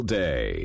day